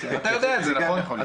אתה יודע את זה, נכון?